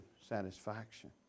satisfaction